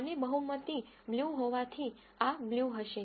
અને બહુમતી બ્લુ હોવાથી આ બ્લુ હશે